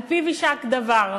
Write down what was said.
על פיו יישק דבר: